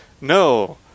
no